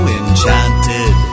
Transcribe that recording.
enchanted